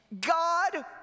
God